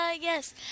yes